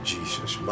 Jesus